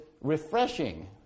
refreshing